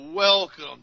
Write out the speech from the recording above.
Welcome